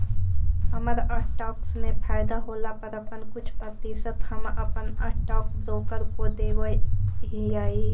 हमर स्टॉक्स में फयदा होला पर अपन कुछ प्रतिशत हम अपन स्टॉक ब्रोकर को देब हीअई